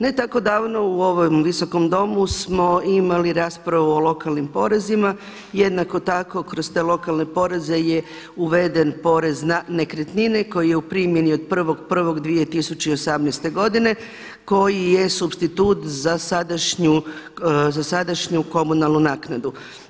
Ne tako davno u ovom Visokom domu smo imali raspravu o lokalnim porezima, jednako tako kroz te lokalne poreze je uveden porez na nekretnine koji je u primjeni od 1.1.2018. godine koji je supstitut za sadašnju komunalnu naknadu.